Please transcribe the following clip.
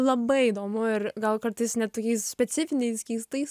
labai įdomu ir gal kartais net tokiais specifiniais keistais